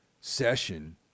session